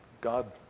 God